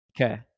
Okay